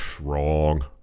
Wrong